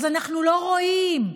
אז אנחנו לא רואים,